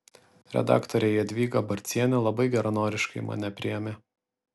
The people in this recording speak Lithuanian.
redaktorė jadvyga barcienė labai geranoriškai mane priėmė